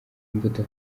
imbuto